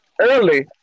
early